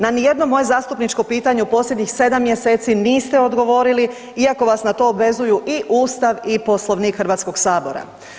Na nijedno moje zastupničko pitanje u posljednjih 7 mj. niste odgovorili iako vas na to obvezuju i Ustav i Poslovnik Hrvatskog sabora.